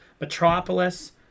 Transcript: Metropolis